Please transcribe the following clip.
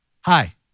hi